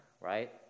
right